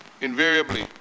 invariably